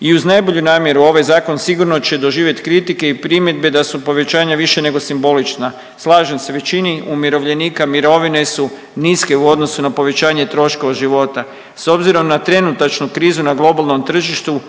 I uz najbolju namjeru ovaj zakon sigurno će doživjeti kritike i primjedbe da su povećanja više nego simbolična. Slažem se većini umirovljenika mirovine su niske u odnosu na povećanje troškova života. S obzirom na trenutačnu krizu na globalnom tržištu